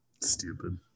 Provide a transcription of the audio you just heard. Stupid